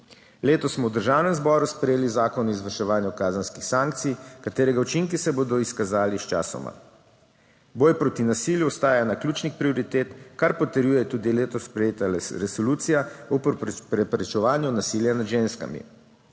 Letos smo v državnem zboru sprejeli Zakon o izvrševanju kazenskih sankcij, katerega učinki se bodo izkazali sčasoma. Boj proti nasilju ostaja ena ključnih prioritet, kar potrjuje tudi letos sprejeta resolucija o preprečevanju nasilja nad ženskami.